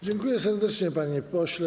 Dziękuję serdecznie, panie pośle.